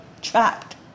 trapped